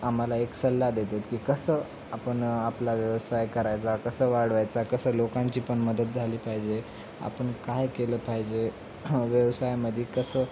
आम्हाला एक सल्ला देतात की कसं आपण आपला व्यवसाय करायचा कसं वाढवायचा कसं लोकांची पण मदत झाली पाहिजे आपण काय केलं पाहिजे व्यवसायामदी कसं